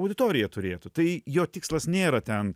auditoriją turėtų tai jo tikslas nėra ten